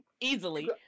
easily